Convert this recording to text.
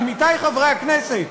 עמיתי חברי הכנסת,